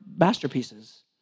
masterpieces